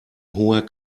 hoher